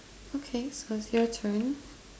okay now it's your turn